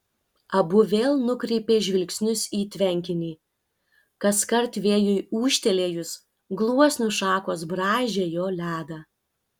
abu vėl nukreipė žvilgsnius į tvenkinį kaskart vėjui ūžtelėjus gluosnių šakos braižė jo ledą